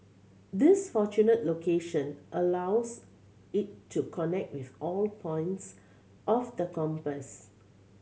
this fortunate location allows it to connect with all points of the compass